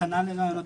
הכנה לעבודה,